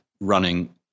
running